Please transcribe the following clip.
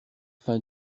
fin